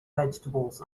vegetables